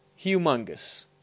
Humongous